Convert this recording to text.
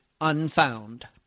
Unfound